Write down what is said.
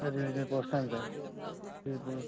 అదే అదే రేపు వస్తాను సార్ రేపు